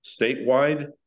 statewide